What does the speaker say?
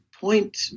point